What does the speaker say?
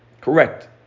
Correct